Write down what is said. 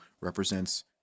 represents